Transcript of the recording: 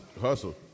Hustle